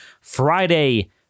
Friday